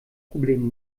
problem